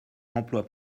emploi